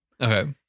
Okay